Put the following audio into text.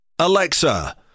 Alexa